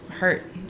hurt